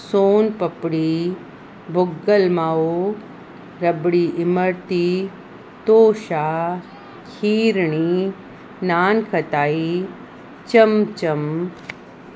सोन पपड़ी भुॻल माओ रबड़ी इमरती तोषा खीरणी नानखटाई चम चम